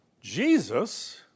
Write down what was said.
Jesus